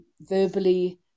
verbally